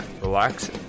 relax